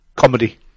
Comedy